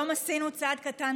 סלימאן כתומכים בהצעת החוק.